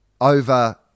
over